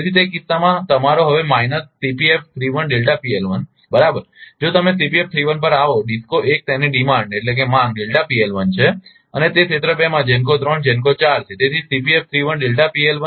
તેથી તે કીસ્સામાં તમારો હવે માઇનસ બરાબર જો તમે પર આવો DISCO 1 તેની ડીમાન્ડમાંગ છે અને તે ક્ષેત્ર 2 માં GENCO 3 GENCO 4 છે